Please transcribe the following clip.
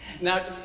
Now